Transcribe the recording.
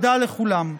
תודה לכולם.